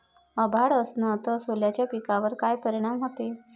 अभाळ असन तं सोल्याच्या पिकावर काय परिनाम व्हते?